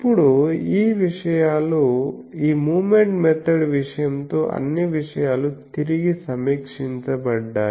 ఇప్పుడు ఈ విషయాలు ఈ మూమెంట్ మెథడ్ విషయంతో అన్ని విషయాలు తిరిగి సమీక్షించబడ్డాయి